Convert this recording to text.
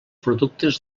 productes